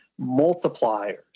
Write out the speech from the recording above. multipliers